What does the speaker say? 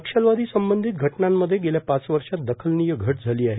नक्षलवादी संबंधित घटनांमध्ये गेल्या पाच वर्षात दखलनीय घट झाली आहे